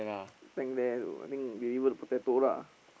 tank there I think deliver the potato lah